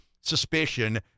suspicion